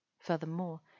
Furthermore